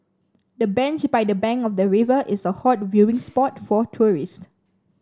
the bench by the bank of the river is a hot viewing spot for tourist